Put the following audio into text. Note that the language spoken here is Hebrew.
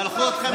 שלחו אתכם הביתה.